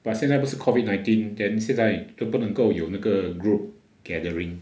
but 现在不是 COVID nineteen then 现在都不能够有那个 group gathering